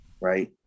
Right